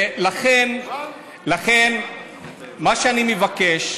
לכן, מה שאני מבקש,